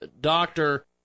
Doctor